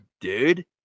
dude